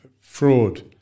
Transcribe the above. fraud